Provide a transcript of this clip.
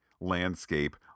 landscape